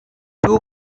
two